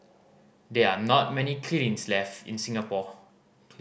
there are not many kilns left in Singapore